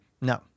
No